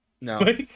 No